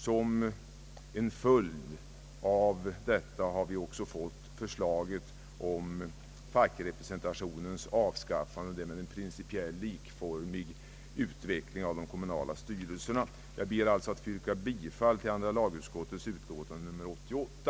Som en följd av detta har vi också fått förslaget om fackrepresentationens avskaffande, vilket innebär principiellt samma utveckling som i de andra kommunala styrelserna. Jag ber, herr talman, att få yrka bifall till andra lagutskottets utlåtande nr 88.